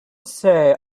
say